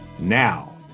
Now